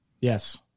Yes